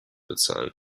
bezahlen